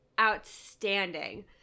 outstanding